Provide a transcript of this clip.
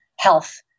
health